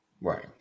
Right